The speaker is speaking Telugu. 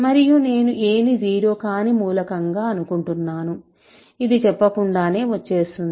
మరియు నేను a ని జీరో కాని మూలకంగా అనుకుంటున్నాను ఇది చెప్పకుండానే వచ్చేస్తుంది